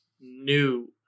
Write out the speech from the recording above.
new